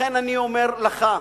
לכן אני אומר לך: